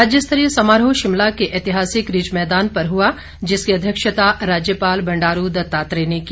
राज्यस्तरीय समारोह शिमला के ऐतिहासिक रिज मैदान पर हआ जिसकी अध्यक्षता राज्यपाल बंडारू दत्तात्रेय ने की